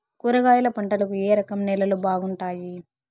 కూరగాయల పంటలకు ఏ రకం నేలలు బాగుంటాయి?